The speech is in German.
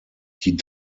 die